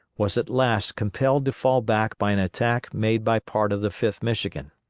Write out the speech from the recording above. was at last compelled to fall back by an attack made by part of the fifth michigan.